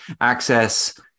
access